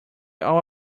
all